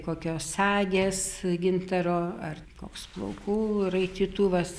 kokios sagės gintaro ar koks plaukų raitytuvas